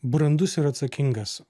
brandus ir atsakingas